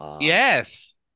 Yes